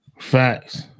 Facts